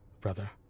brother